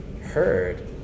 heard